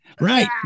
Right